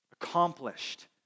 accomplished